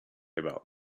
about